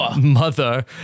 Mother